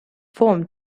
formed